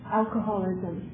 alcoholism